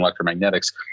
electromagnetics